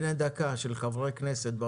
בפני שחקנים נוספים להיכנס לשווקים,